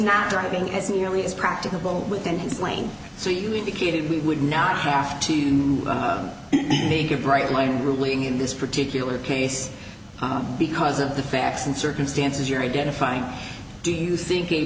not driving as nearly as practicable within his lane so you indicated we would not have to make a bright line ruling in this particular case because of the facts and circumstances you're identifying do you think a